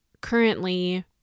Currently